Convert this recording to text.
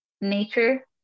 nature